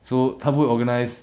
so 他不会 organize